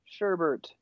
sherbert